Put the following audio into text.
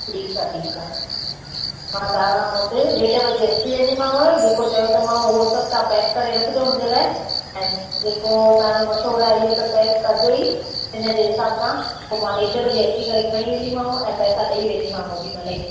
ठीकु आहे ठीकु आहे मां तव्हां वटि ॾेढ बजे अची वेंदीमाव जेको चओ त मां उहो सभु तव्हां पैक करे रखिजो मुंहिंजे लाइ ऐं जेको तव्हांजो मशहूरु आहे इहो त पैक कजो ई इनजे हिसाब सां पोइ मां ॾेढ बजे अची करे खणी वेंदीमाव ऐं पैसा ॾई वेंदीमाव ओॾीमहिल ई